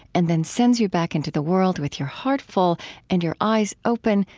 and then sends you back into the world with your heart full and your eyes open,